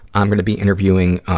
i'm gonna be interviewing, ah,